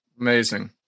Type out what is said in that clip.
Amazing